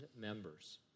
members